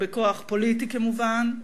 בכוח פוליטי, כמובן.